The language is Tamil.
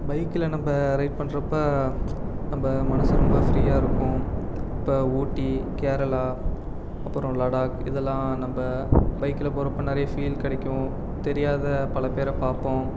பைக்கில் நம்ம ரைட் பண்ணுறப்ப நம்ம மனசு ரொம்ப ஃப்ரீயாக இருக்கும் இப்போ ஊட்டி கேரளா அப்புறம் லடாக் இதெல்லாம் நம்ம பைக்கில் போகிறப்ப நிறைய ஃபீல் கிடைக்கும் தெரியாத பல பேரை பார்ப்போம்